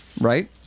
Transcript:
right